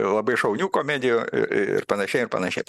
labai šaunių komedijų ir panašiai ir panašiai